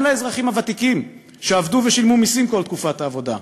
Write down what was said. גם לאזרחים הוותיקים שעבדו ושילמו מסים כל תקופת העבודה,